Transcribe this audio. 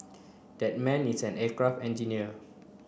that man is an aircraft engineer